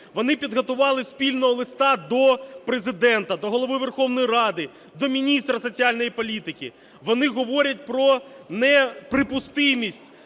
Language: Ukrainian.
Вони підготували спільного листа до Президента, до Голови Верховної Ради, до міністра соціальної політики. Вони говорять про неприпустимість